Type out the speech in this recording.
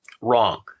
Wrong